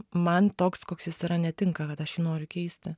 man toks koks jis yra netinka kad aš jį noriu keisti